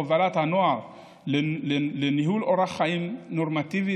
הובלת הנוער לניהול אורח חיים נורמטיבי